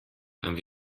haben